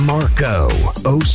Marco